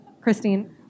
Christine